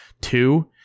Two